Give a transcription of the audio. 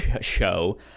show